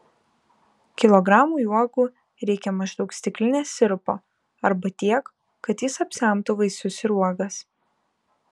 kilogramui uogų reikia maždaug stiklinės sirupo arba tiek kad jis apsemtų vaisius ir uogas